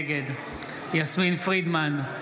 נגד יסמין פרידמן,